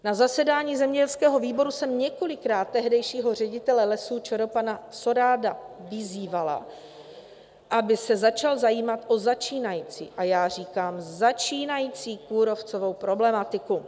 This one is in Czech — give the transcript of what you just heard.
Na zasedání zemědělského výboru jsem několikrát tehdejšího ředitele Lesů ČR pana Szóráda vyzývala, aby se začal zajímat o začínající a já říkám začínající kůrovcovou problematiku.